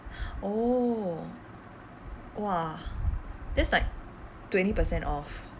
oh !wah! that's like twenty percent off